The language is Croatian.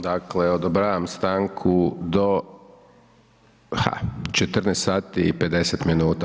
Dakle, odobravam stanku do, 14 sati i 50 minuta.